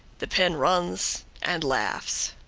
the pen runs and laughs.